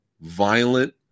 violent